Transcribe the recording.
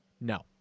No